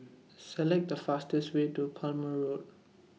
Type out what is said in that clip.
Select The fastest Way to Palmer Road